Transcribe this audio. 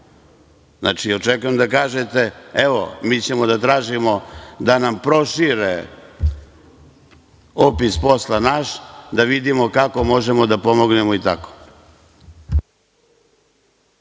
Znači, očekujem da kažete – evo, mi ćemo da tražimo da nam prošire opis posla, da vidimo kako možemo da pomognemo i tako.